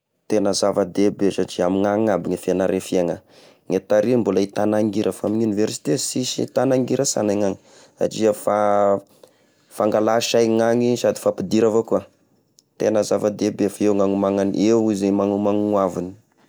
Tena zava-dehibe satria amy ny agny aby ny fiagnara ny fiaigna, ny tary mbola ahitana angira fa amy oniversite sisy ahitana angira sana ny agny satria afa fangala saigna agny sady fampidira avao koa, tegna zava-dehibe fy eo no agnomanany eo izy magnomany hoavigny.